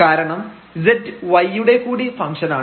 കാരണം z y യുടെ കൂടി ഫംഗ്ഷൻ ആണ്